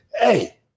Hey